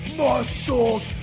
muscles